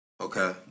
Okay